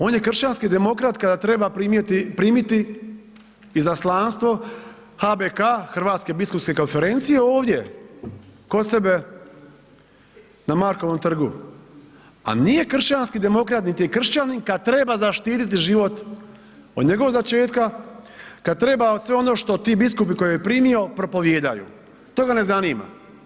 On je kršćanski demokrat kada treba primiti izaslanstvo HBK, Hrvatske biskupske konferencije ovdje kod sebe na Markovom trgu a nije kršćanski demokrat nit je kršćanin kad treba zaštititi život od njegovog začetka, kad treba sve ono što ti biskupi koje je primio, propovijedaju, to ga ne zanima.